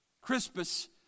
Crispus